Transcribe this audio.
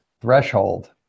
threshold